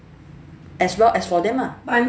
as well as for them ah